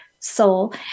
soul